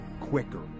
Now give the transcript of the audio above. quicker